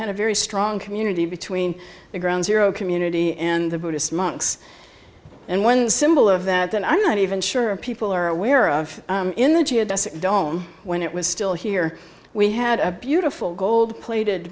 had a very strong community between the ground zero community and the buddhist monks and one symbol of that and i'm not even sure if people are aware of in the geodesic dome when it was still here we had a beautiful gold plated